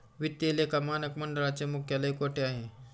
वित्तीय लेखा मानक मंडळाचे मुख्यालय कोठे आहे?